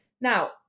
Now